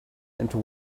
into